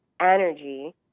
energy